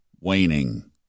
waning